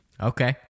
Okay